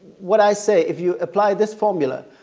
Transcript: what i say if you apply this formula,